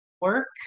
work